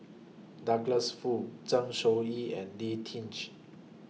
Douglas Foo Zeng Shouyin and Lee